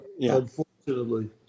Unfortunately